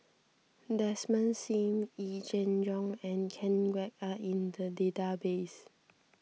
Desmond Sim Yee Jenn Jong and Ken Kwek are in the database